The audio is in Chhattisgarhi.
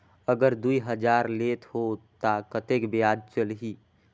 अगर दुई हजार लेत हो ता कतेक ब्याज चलही?